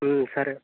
సరే